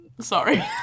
sorry